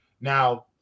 Now